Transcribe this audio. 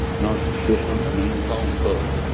narcissistic, name-calling bully.